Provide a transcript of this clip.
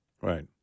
Right